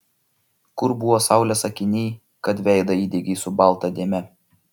kur buvo saulės akiniai kad veidą įdegei su balta dėme